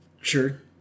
Sure